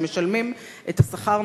שמשלמים את השכר,